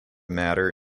matter